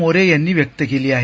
मोरे यांनी व्यक्त केली आहे